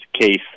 case